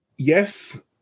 Yes